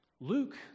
Luke